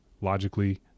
logically